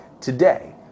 today